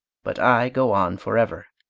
but i go on forever.